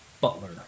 butler